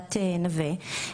נווה.